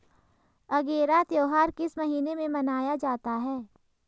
अगेरा त्योहार किस महीने में मनाया जाता है?